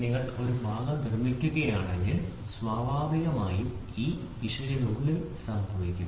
നിങ്ങൾ ഒരു ഭാഗം നിർമ്മിക്കുകയാണെങ്കിൽ സ്വാഭാവികമായും ഈ പിശകിനുള്ളിൽ സംഭവിക്കും